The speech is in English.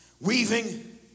weaving